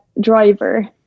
driver